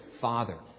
Father